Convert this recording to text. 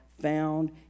found